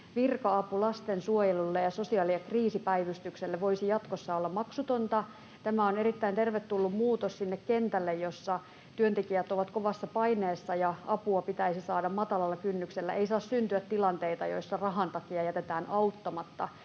virka-apu lastensuojelulle ja sosiaali- ja kriisipäivystykselle voisi jatkossa olla maksutonta. Tämä on erittäin tervetullut muutos sinne kentälle, jossa työntekijät ovat kovassa paineessa ja apua pitäisi saada matalalla kynnyksellä. Ei saa syntyä tilanteita, joissa rahan takia jätetään auttamatta.